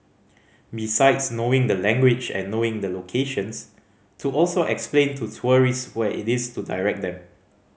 besides knowing the language and knowing the locations to also explain to tourists where it is to direct them